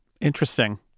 Interesting